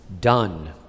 done